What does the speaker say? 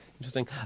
Interesting